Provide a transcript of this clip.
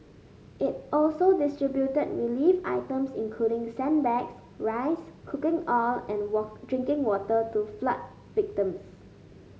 it also distributed relief items including sandbags rice cooking oil and walk drinking water to flood victims